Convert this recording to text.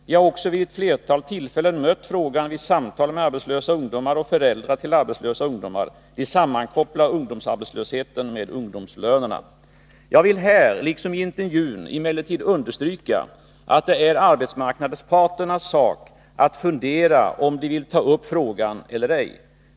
Jag har också vid ett flertal tillfällen mött frågan vid samtal med arbetslösa ungdomar och föräldrar till arbetslösa ungdomar. De sammankopplar ungdomsarbetslösheten med ungdomslönerna. Jag vill här liksom i intervjun emellertid understryka att det är arbetsmarknadsparternas sak att fundera över om de vill ta upp frågan eller ej.